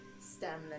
stem